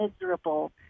miserable